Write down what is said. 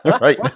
right